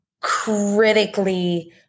critically